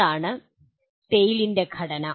ഇതാണ് ടെയിലിൻ്റെ ഘടന